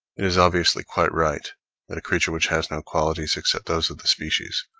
it is obviously quite right that a creature which has no qualities except those of the species,